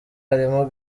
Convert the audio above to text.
harimo